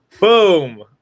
boom